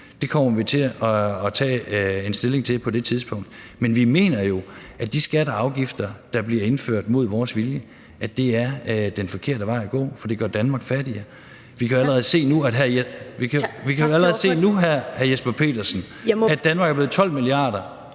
kommer vi til at tage stilling til på det tidspunkt. Men vi mener jo, at de skatter og afgifter, der bliver indført mod vores vilje, er den forkerte vej at gå, fordi det gør Danmark fattigere. (Anden næstformand (Karen Ellemann):